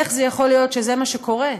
איך זה יכול להיות שזה מה שקורה.